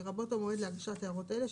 לרבות המועד להגשת הערות אלה,